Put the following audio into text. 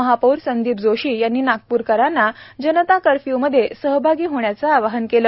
महापौर संदीप जोशी यांनी नागप्रकरांना जनता कर्फ्यूमधे सहभागी होण्याचं आवाहन केलं